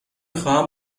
خواهم